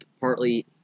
partly